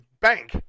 bank